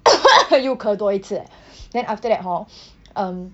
又咳多一次 eh then after that hor um